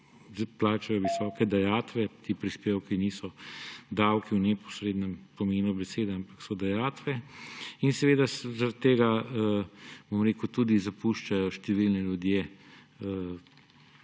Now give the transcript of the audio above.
plačajo visoke dajatve. Ti prispevki niso davki v neposrednem pomenu besede, ampak so dajatve. In zaradi tega tudi zapuščajo številni ljudje